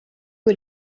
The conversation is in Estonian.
kui